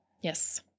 Yes